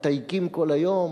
מתייקים כל היום,